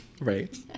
Right